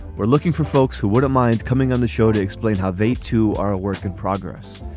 we're looking for folks who wouldn't mind coming on the show to explain how they, too, are a work in progress.